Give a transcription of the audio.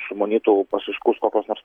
sumanytų pasiskųst kokios nors